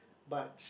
but